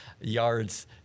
yards